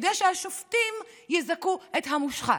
כדי שהשופטים יזכו את המושחת.